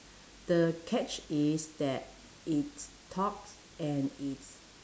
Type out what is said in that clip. the catch is that it's talks and it's